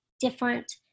different